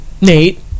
Nate